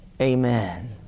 amen